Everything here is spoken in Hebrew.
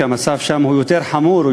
שם המצב יותר חמור,